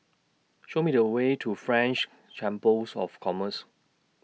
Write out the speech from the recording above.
Show Me The Way to French Chambers of Commerce